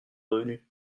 revenu